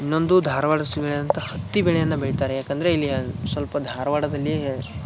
ಇನ್ನೊಂದು ಧಾರವಾಡ ಹತ್ತಿ ಬೆಳೆಯನ್ನು ಬೆಳಿತಾರೆ ಯಾಕಂದರೆ ಇಲ್ಲಿ ಸ್ವಲ್ಪ ಧಾರವಾಡದಲ್ಲಿ